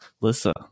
Lissa